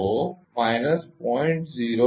તો માઈનસ 0